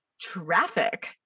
traffic